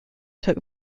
took